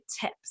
tips